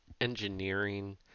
engineering